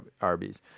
Arby's